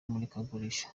murikagurisha